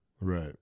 Right